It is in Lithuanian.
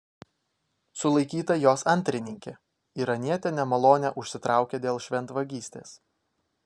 sulaikyta jos antrininkė iranietė nemalonę užsitraukė dėl šventvagystės